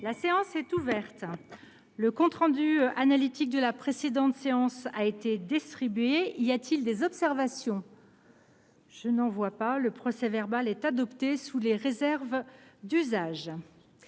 La séance est ouverte. Le compte rendu analytique de la précédente séance a été distribué. Il n’y a pas d’observation ?… Le procès verbal est adopté sous les réserves d’usage.